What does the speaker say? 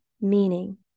meaning